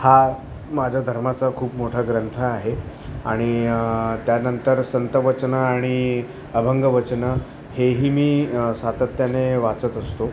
हा माझ्या धर्माचा खूप मोठा ग्रंथ आहे आणि त्यानंतर संतवचनं आणि अभंगवचनं हेही मी सातत्याने वाचत असतो